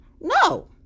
no